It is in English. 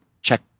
check